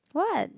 what